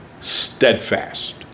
steadfast